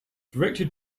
directed